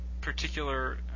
particular